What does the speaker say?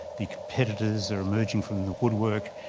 the competitors are emerging from the woodwork,